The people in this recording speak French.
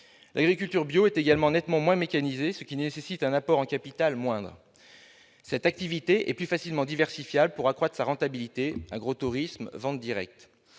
L'agriculture bio est également nettement moins mécanisée, ce qui nécessite un apport en capital moindre. L'activité est plus facilement diversifiable- agrotourisme, vente directe